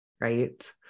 Right